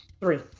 three